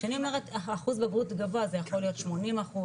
כשאני אומרת אחוז בגרות גבוה זה יכול להיות 80%,